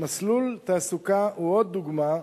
"מסלול תעסוקה" הוא עוד דוגמה,